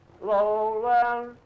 Lowland